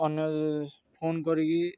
ଅନ୍ୟ ଫୋନ୍ କରିକି